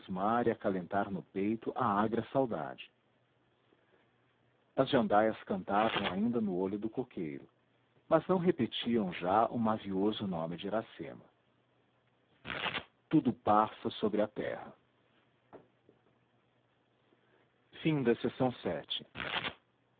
e acalentar no peito a agra saudade as jandaias cantavam ainda no olho do coqueiro mas não repetiam já o mavioso nome de iracema tudo passa sobre a terra